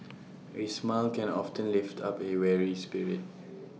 A smile can often lift up A weary spirit